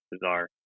bizarre